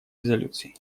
резолюций